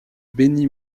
béni